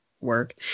work